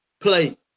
play